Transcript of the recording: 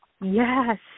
Yes